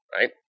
right